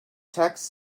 texts